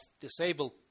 disabled